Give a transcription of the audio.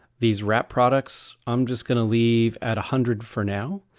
these rap products i'm just gonna leave at a hundred for now,